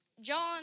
John